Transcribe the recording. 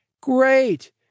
great